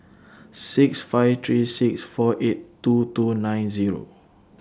six five three six four eight two two nine Zero